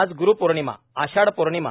आज ग्रूपौर्णिमा आषाढ पौर्णिमा